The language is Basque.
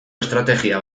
estrategia